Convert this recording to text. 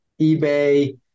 eBay